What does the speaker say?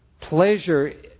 Pleasure